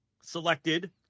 selected